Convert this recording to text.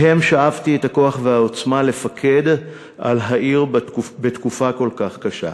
מהם שאבתי את הכוח והעוצמה לפקד על העיר בתקופה כל כך קשה.